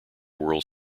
world